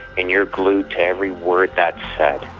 and you're glued to every word that's said.